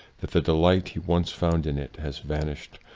that the delight he once found in it has vanished.